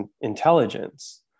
intelligence